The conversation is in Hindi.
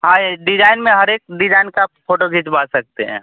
हाँ ए डिजाइन में हर एक डिजाइन का आप फ़ोटो खिंचवा सकते हैं